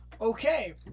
Okay